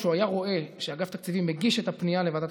כשהוא היה רואה שאגף התקציבים מגיש את הפנייה לוועדת הכספים,